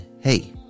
Hey